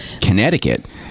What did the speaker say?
Connecticut